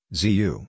zu